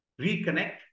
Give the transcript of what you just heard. reconnect